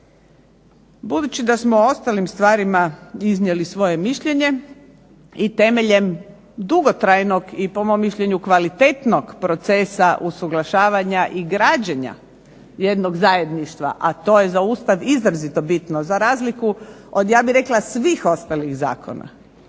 Budući da smo o ostalim stvarima iznijeli svoje mišljenje i temeljem dugotrajnog i po mom mišljenju kvalitetnog procesu usuglašavanja i građenja jednog zajedništva, a to je za Ustav izrazito bitno, za razliku od svih ostalih zakona,